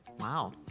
Wow